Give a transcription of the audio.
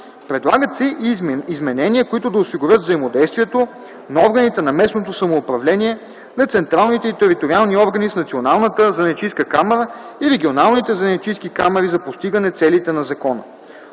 Предлагат се и изменения, които да осигурят взаимодействието на органите на местното самоуправление, на централните и териториални органи с Националната занаятчийска камара и регионалните занаятчийски камари за постигане целите на закона.